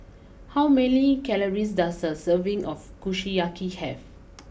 how many calories does a serving of Kushiyaki have